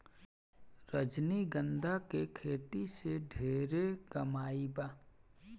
रजनीगंधा के खेती से ढेरे कमाई बा